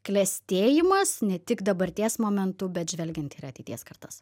klestėjimas ne tik dabarties momentu bet žvelgiant ir į ateities kartas